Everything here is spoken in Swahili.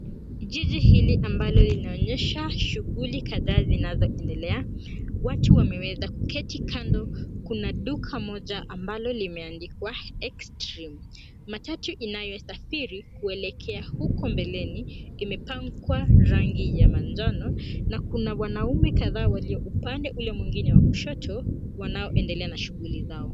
Jiji hili ambalo linaonyesha shughuli kadhaa zinazoendelea. Watu wameweza kuketi kando, kuna duka moja ambalo limeandikwa EXTREME. Matatu inayosafiri kuelekea huko mbeleni imepakwa rangi ya manjano na kuna wanaume kadhaa walio upande huo mwingine wa kushoto wanaoendelea na shughuli zao.